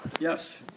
Yes